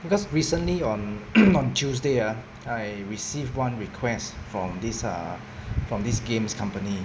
because recently on on tuesday ah I received one request from this uh from these games company